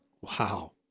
Wow